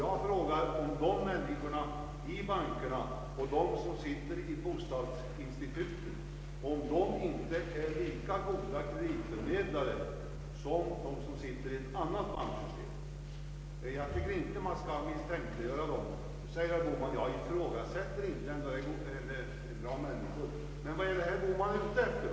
Jag frågor om inte de personer som förmedlar bostadskrediter är lika goda kreditförmedlare som de som sitter i styrelser för affärsbanker? Jag tycker inte att man bör misstänkliggöra dem. Herr Bohman säger att han inte ifrågasätter att de är bra människor. Men vad är herr Bohman då ute efter?